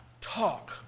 talk